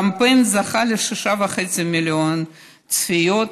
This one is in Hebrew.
הקמפיין זכה ל-6.5 מיליון צפיות,